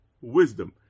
wisdom